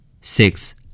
Six